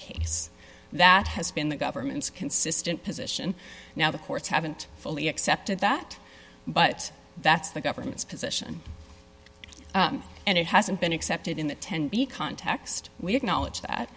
case that has been the government's consistent position now the courts haven't fully accepted that but that's the government's position and it hasn't been accepted in the ten b context we acknowledge that